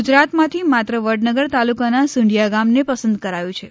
ગુજરાતમાંથી માત્ર વડનગર તાલુકાના સુંઢિયા ગામને પસંદ કરાયું છે